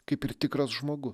kaip ir tikras žmogus